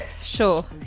sure